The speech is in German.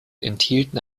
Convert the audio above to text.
enthielten